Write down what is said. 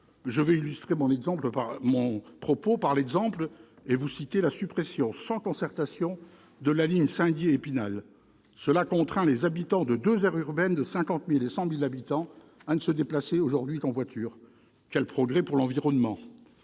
Je vais illustrer mon propos par l'exemple de la suppression sans concertation de la ligne entre Saint-Dié et Épinal, qui contraint les habitants de deux aires urbaines de 50 000 et 100 000 habitants à ne se déplacer qu'en voiture ... Quel progrès pour l'environnement !